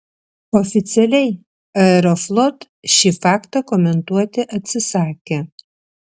oficialiai aeroflot šį faktą komentuoti atsisakė